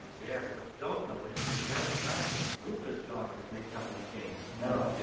yeah, but what you don't know is that janet bradley, luther's daughter, is mixed up in the case. no